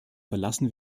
verlassen